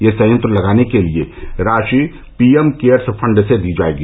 यह संयंत्र लगाने के लिए राशि पीएम केयर्स फंड से दी जाएगी